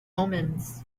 omens